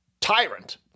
tyrant